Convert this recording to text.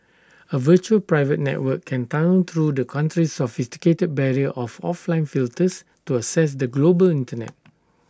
A virtual private network can tunnel through the country's sophisticated barrier of of line filters to access the global Internet